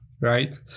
right